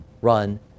run